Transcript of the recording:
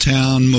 Town